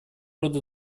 рода